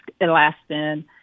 elastin